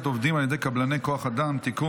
עובדים על ידי קבלני כוח אדם (תיקון,